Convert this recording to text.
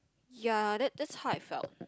ya that that's how I felt